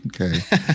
okay